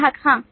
ग्राहक हाँ